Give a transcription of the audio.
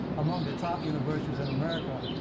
among the top universities in america,